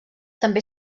també